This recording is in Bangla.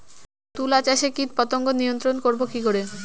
তুলা চাষে কীটপতঙ্গ নিয়ন্ত্রণর করব কি করে?